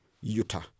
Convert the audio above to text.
Utah